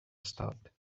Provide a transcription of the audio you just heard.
start